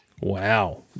Wow